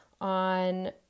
on